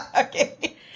okay